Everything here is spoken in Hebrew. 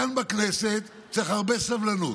כאן בכנסת צריך הרבה סבלנות,